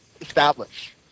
establish